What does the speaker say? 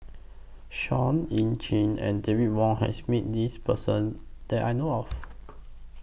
Seah EU Chin and David Wong has Met This Person that I know of